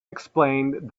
explained